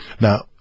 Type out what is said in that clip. Now